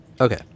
Okay